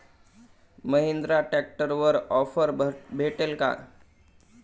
महिंद्रा ट्रॅक्टरवर ऑफर भेटेल का?